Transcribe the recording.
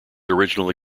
originally